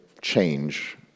change